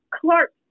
Clark